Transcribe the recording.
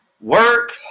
work